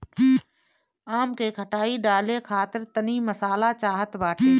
आम के खटाई डाले खातिर तनी मसाला चाहत बाटे